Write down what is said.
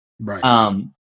Right